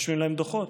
רושמים להם דוחות.